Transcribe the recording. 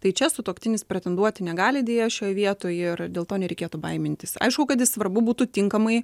tai čia sutuoktinis pretenduoti negali deja šioj vietoj ir dėl to nereikėtų baimintis aišku kad jis svarbu būtų tinkamai